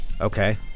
Okay